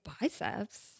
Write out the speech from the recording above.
biceps